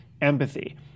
empathy